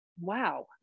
wow